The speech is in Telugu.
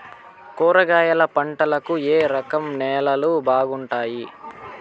కూరగాయల పంటలకు ఏ రకం నేలలు బాగుంటాయి?